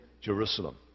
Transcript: Jerusalem